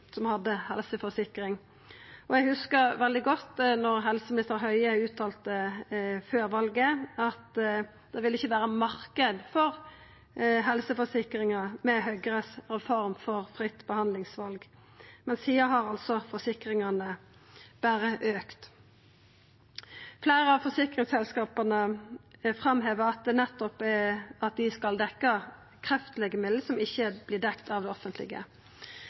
som hadde helseforsikring. Eg hugsar veldig godt at helseminister Høie uttalte før valet at det ikkje ville vera marknad for helseforsikringar med innføringa av fritt behandlingsval. Men sidan har altså forsikringane berre auka. Fleire av forsikringsselskapa har framheva at dei skal dekkja kreftlegemiddel som ikkje vert dekte av det offentlege.